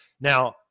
Now